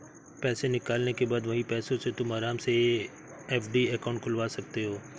पैसे निकालने के बाद वही पैसों से तुम आराम से एफ.डी अकाउंट खुलवा सकते हो